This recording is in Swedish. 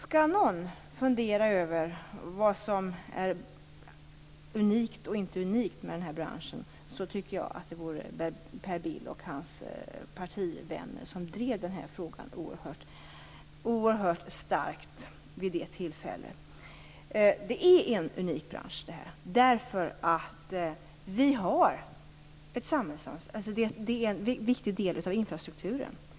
Skall någon fundera över vad som är unikt och inte unikt inom den här branschen, borde det alltså vara Per Bill och hans partivänner, som drev den här frågan oerhört starkt vid det aktuella tillfället. Det här är en unik bransch, eftersom den är en viktig del av infrastrukturen.